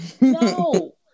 No